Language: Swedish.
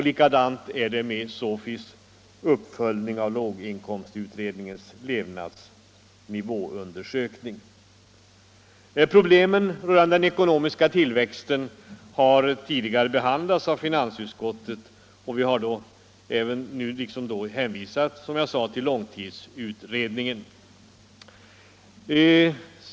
Likadant är det med SOFI:s uppföljning av låginkomstutredningens levnadsnivåundersökning. Problemen rörande den ekonomiska tillväxten har tidigare behandlats av finansutskottet, och vi har därvid liksom nu hänvisat till långtidsutredningen.